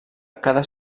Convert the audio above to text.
cada